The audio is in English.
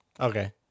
okay